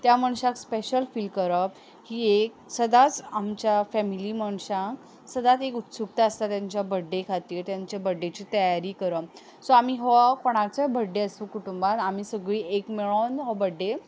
त्या मनशाक special feel करप ही एक सदांच आमच्या फेमिली मनशांक सदांच एक उत्सुक्ताय आसता तांच्या बर्थडे खातीर तांच्या बर्थडेची तयारी करूंक सो आमी हो कोणाचोय बर्थडे आसूं कुटुंबांत आमी सगळीं एक मेळून हो बर्थडे